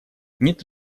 нет